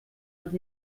els